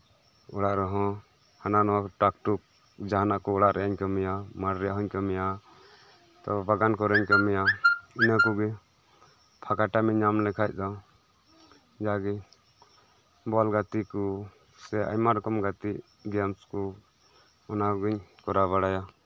ᱚᱲᱟᱜ ᱨᱮᱦᱚᱸ ᱦᱟᱱᱟ ᱱᱚᱣᱟ ᱴᱟᱠᱴᱩᱠ ᱚᱲᱟᱜ ᱨᱮᱭᱟᱜ ᱦᱚᱧ ᱠᱟᱹᱢᱤᱭᱟ ᱢᱟᱴᱷ ᱨᱮᱭᱟᱜ ᱦᱚᱧ ᱟᱹᱢᱤᱭᱟ ᱛᱚ ᱵᱟᱜᱟᱱ ᱠᱚᱨᱮᱧ ᱠᱟᱹᱢᱭᱟ ᱯᱷᱟᱠᱟ ᱴᱟᱭᱤᱢ ᱤᱧ ᱧᱟᱢ ᱞᱮᱠᱷᱟᱱ ᱫᱚ ᱡᱟᱜᱮ ᱵᱚᱞ ᱜᱟᱛᱮ ᱠᱚ ᱥᱮ ᱟᱭᱢᱟ ᱨᱚᱠᱚᱢ ᱜᱟᱛᱮᱜ ᱚᱱᱟ ᱠᱚᱜᱤᱧ ᱠᱚᱨᱟᱣ ᱵᱟᱲᱟᱭᱟ